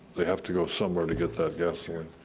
they have to go somewhere to get that gasoline.